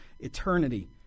eternity